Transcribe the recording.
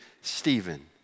Stephen